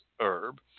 herb